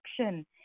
action